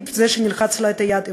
עם זה שנלחץ לה את היד,